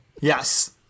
Yes